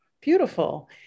Beautiful